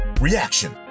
Reaction